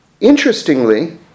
interestingly